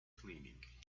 cleaning